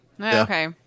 Okay